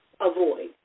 Avoid